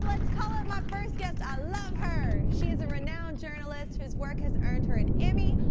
let's call up my first guest, i love her. she is a renowned journalist whose work has earned her an emmy,